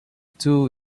two